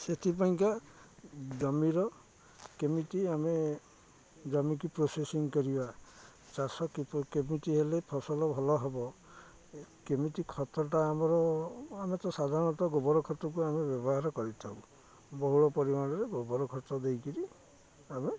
ସେଥିପାଇଁକା ଜମିର କେମିତି ଆମେ ଜମିକି ପ୍ରୋସେସିଂ କରିବା ଚାଷ କେମିତି ହେଲେ ଫସଲ ଭଲ ହବ କେମିତି ଖତଟା ଆମର ଆମେ ତ ସାଧାରଣତଃ ଗୋବର ଖତକୁ ଆମେ ବ୍ୟବହାର କରିଥାଉ ବହୁଳ ପରିମାଣରେ ଗୋବର ଖତ ଦେଇକରି ଆମେ